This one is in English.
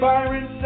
Byron